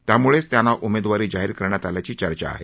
त्यामुळेच त्यांना उमेदवारी जाहीर करण्यात आल्याची चर्चा आहे